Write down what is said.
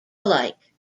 alike